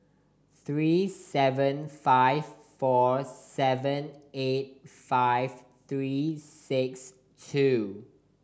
three seven five four seven eight five three six two